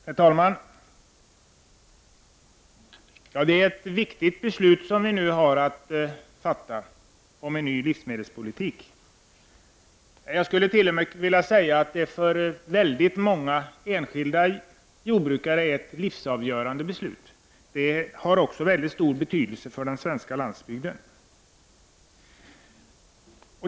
Herr talman! Det är ett viktigt beslut som vi nu skall fatta om en ny livsmedelspolitik. Jag skulle t.o.m. vilja säga att detta beslut för väldigt många jordbrukare är livsavgörande. Det har också mycket stor betydelse för den svenska landsbygden.